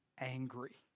angry